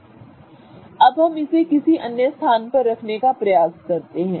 अब हम इसे किसी अन्य स्थान पर रखने का प्रयास करते हैं